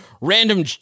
random